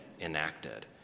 enacted